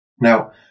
Now